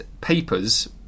papers